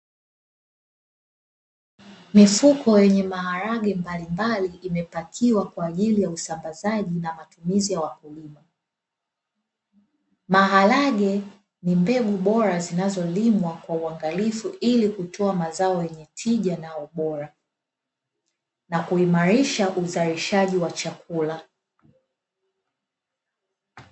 Mifuko yenye maharage mbalimbali imepakiwa kwa ajili ya usambazaji na matumizi ya wakulima. Maharage ni mbegu bora zinazolimwa kwa uangalifu ili kutoa mazao yenye tija na ubora, na kuimarisha uzalishaji wa chakula .